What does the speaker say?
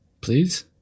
Please